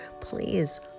please